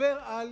תדבר על